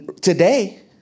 today